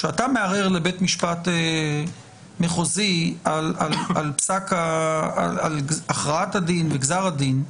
כשאתה מערער לבית משפט מחוזי על הכרעת הדין וגזר הדין,